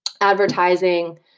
advertising